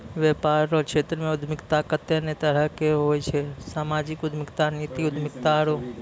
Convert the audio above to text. वेपार रो क्षेत्रमे उद्यमिता कत्ते ने तरह रो हुवै छै सामाजिक उद्यमिता नीजी उद्यमिता आरु